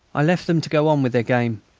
i left them to go on with their game,